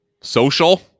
Social